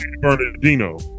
Bernardino